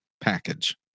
package